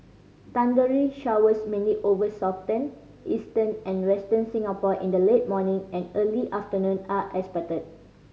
thundery showers mainly over Southern Eastern and Western Singapore in the late morning and early afternoon are expected